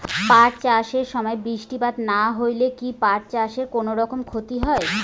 পাট চাষ এর সময় বৃষ্টিপাত না হইলে কি পাট এর কুনোরকম ক্ষতি হয়?